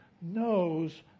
knows